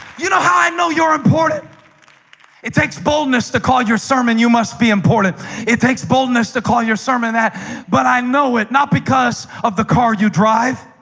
you know how i know you're important it takes boldness to call your sermon you must be important it takes boldness to call your sermon that but i know it not because of the car you drive